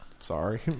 Sorry